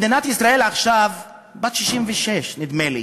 מדינת ישראל עכשיו בת 66, נדמה לי.